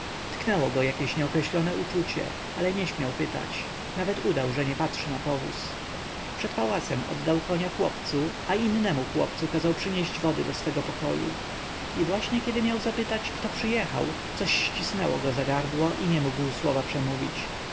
tknęło go jakieś nieokreślone przeczucie ale nie śmiał pytać nawet udał że nie patrzy na powóz przed pałacem oddał konia chłopcu a innemu chłopcu kazał przynieść wody do swego pokoju i właśnie kiedy miał zapytać kto przyjechał coś ścisnęło go za gardło i nie mógł słowa przemówić